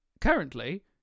currently